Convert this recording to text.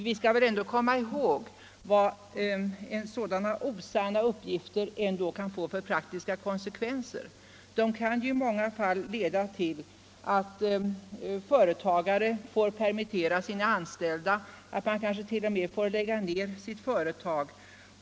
Vi skall väl ändå komma ihåg vad sådana osanna uppgifter kan få för praktiska konsekvenser. Det kan i många fall leda till att företagare får permittera sina anställda, att man kanske t.o.m. får lägga ned sitt företag.